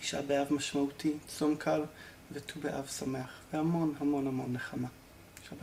תשעה באב משמעותי, צום קל וט"ו באב שמח והמון המון המון נחמה